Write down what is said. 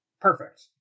Perfect